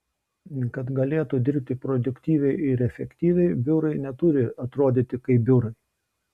kad galėtų dirbti produktyviai ir efektyviai biurai neturi atrodyti kaip biurai